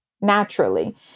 naturally